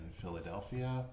Philadelphia